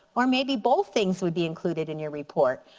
or maybe both things would be included in your report.